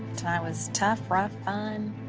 was tough, rough, fun?